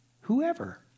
whoever